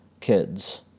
kids